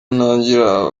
ntagira